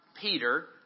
Peter